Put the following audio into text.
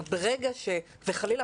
וחלילה,